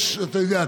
אתה יודע,